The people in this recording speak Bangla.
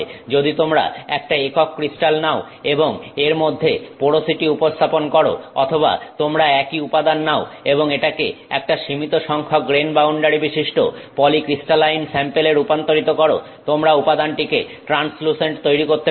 যদি তোমরা একটা একক ক্রিস্টাল নাও এবং এর মধ্যে পোরোসিটি উপস্থাপন করো অথবা তোমরা একই উপাদান নাও এবং এটাকে একটা সীমিত সংখ্যক গ্রেন বাউন্ডারি বিশিষ্ট পলিক্রিস্টালাইন স্যাম্পেল এ রূপান্তরিত করো তোমরা উপাদানটিকে ট্রান্সলুসেন্ট তৈরি করতে পারবে